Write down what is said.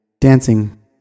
dancing